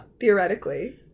Theoretically